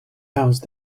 house